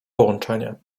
połączenie